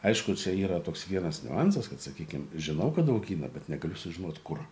aišku čia yra toks vienas niuansas kad sakykim žinau kad augina bet negaliu sužinot kur